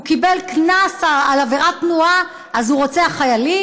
הוא קיבל קנס על עבירת תנועה, אז הוא רוצח חיילים?